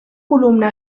columna